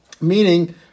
meaning